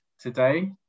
today